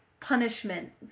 punishment